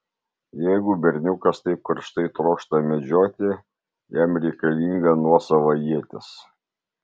jeigu berniukas taip karštai trokšta medžioti jam reikalinga nuosava ietis